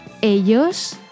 ellos